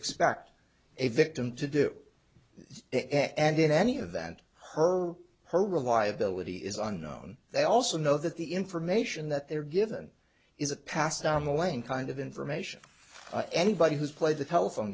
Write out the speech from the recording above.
expect a victim to do it and in any event her her reliability is unknown they also know that the information that they're given is a passed down the lane kind of information anybody who's played the telephone